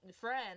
friend